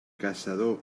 caçador